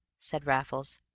said raffles.